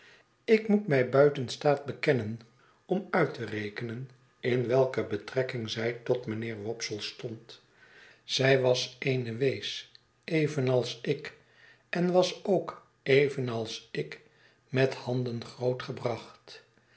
ik moet mij buiten staat bekennen om nit te rekenen in welke betrekking zij tot mijnheer wopsle stond zij was eene wees evenals ik en was ook evenals ik met handen